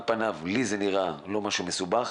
על פניו לי זה לא נראה משהו מסובך,